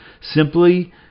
simply